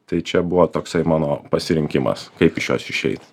tai čia buvo toksai mano pasirinkimas kaip iš jos išeit